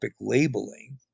labeling